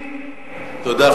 תודה,